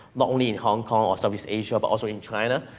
not only in hong kong or southeast asia, but also in china.